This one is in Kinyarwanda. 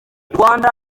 rwanda